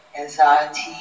anxiety